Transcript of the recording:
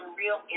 real